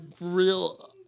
real